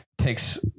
takes